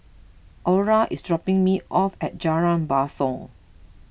Orla is dropping me off at Jalan Basong